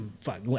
fuck